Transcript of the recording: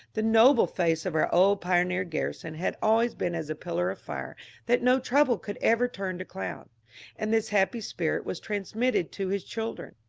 the noble face of our old pioneer garrison had always been as a pillar of fire that no trouble could ever turn to cloud and this happy spirit was transmitted to his children.